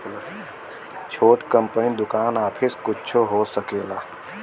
छोट कंपनी दुकान आफिस कुच्छो हो सकेला